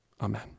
amen